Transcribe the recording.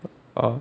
oh